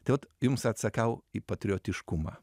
tai vat jums atsakau į patriotiškumą